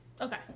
Okay